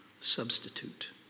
substitute